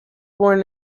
born